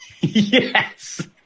Yes